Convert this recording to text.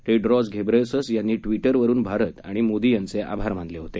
Tedros Ghebreyesus यांनी ट्विटरवरून भारत आणि मोदी यांचे आभार मानले होते